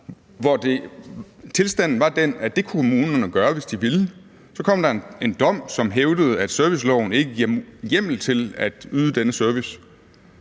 ved retten, som var, at det kunne kommunerne gøre, hvis de ville. Så kom der en dom, som hævdede, at serviceloven ikke giver hjemmel til at yde den service,